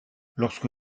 lorsque